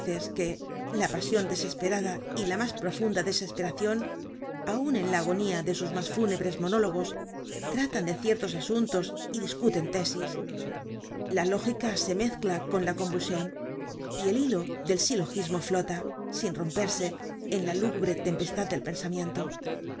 que la pasion desesperada y la mas profunda desesperacion aun en la agonía de sus mas fúnebres monólogos tratan de ciertos asuntos y discuten tésis la lógica se mezcla con la convulsion y el hilo del silogismo flota sin romperse en la lúgubre tempestad del pensamiento